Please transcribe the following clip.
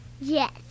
Yes